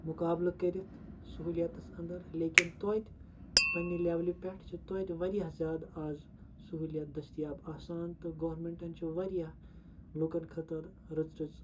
مُقابلہٕ کٔرِتھ سہوٗلیتَس اَنٛدَر لیکِن تویتہِ پنٛنہِ لٮ۪ولہِ پٮ۪ٹھ چھِ تویتہِ واریاہ زیادٕ آز سہوٗلیت دٔستِیاب آسان تہٕ گورمٮ۪نٛٹَن چھِ واریاہ لُکَن خٲطٕر رٕژ رٕژ